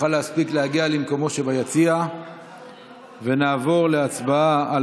יוכל להספיק להגיע למקומו שביציע ונעבור להצבעה על